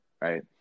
right